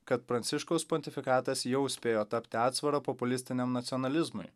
kad pranciškaus pontifikatas jau spėjo tapti atsvara populistiniam nacionalizmui